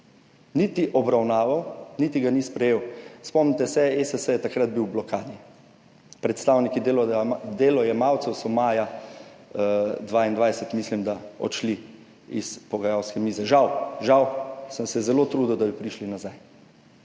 niti obravnaval niti ga ni sprejel. Spomnite se, ESS je takrat bil v blokadi, predstavniki delojemalcev so maja 2022, mislim, da odšli iz pogajalske mize žal, žal, sem se zelo trudil, da bi prišli nazaj.